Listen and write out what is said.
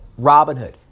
Robinhood